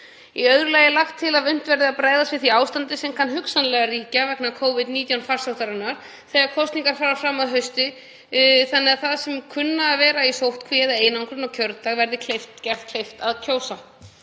í frumvarpinu lagt til að unnt verði að bregðast við því ástandi sem kann hugsanlega að ríkja vegna Covid-19 farsóttarinnar þegar kosningar fara fram að hausti þannig að þeim sem kunna að vera í sóttkví eða einangrun á kjördag verði gert kleift að kjósa.